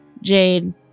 Jade